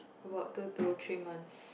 about two to three months